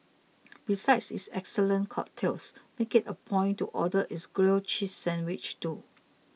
besides its excellent cocktails make it a point to order its grilled cheese sandwich too